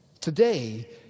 Today